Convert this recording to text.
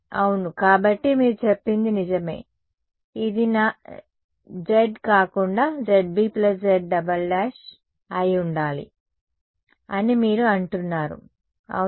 అవును కాబట్టి మీరు చెప్పింది నిజమే ఇది z కాకుండా zB z′′ అయి ఉండాలి అని మీరు అంటున్నారు అవునా